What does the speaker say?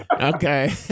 okay